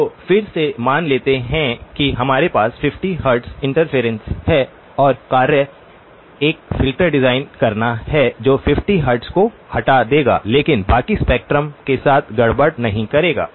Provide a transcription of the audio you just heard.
तो फिर से मान लेते हैं कि हमारे पास 50 हर्ट्ज इंटरफेरेंस है और कार्य एक फिल्टर डिजाइन करना है जो 50 हर्ट्ज को हटा देगा लेकिन बाकी स्पेक्ट्रम के साथ गड़बड़ नहीं करेगा